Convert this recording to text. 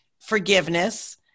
forgiveness